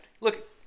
Look